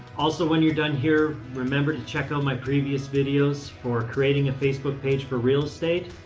also when you're done here, remember to check out my previous videos for creating a facebook page for real estate,